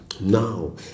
now